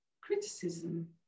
criticism